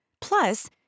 Plus